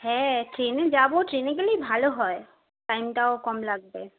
হ্যাঁ ট্রেনে যাব ট্রেনে গেলেই ভালো হয় টাইমটাও কম লাগবে